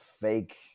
fake